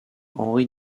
henri